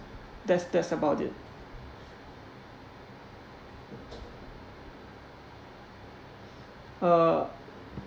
that's that's about it uh